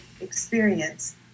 experience